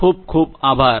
ખુબ ખુબ આભાર